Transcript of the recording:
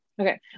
Okay